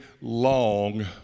long